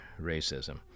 racism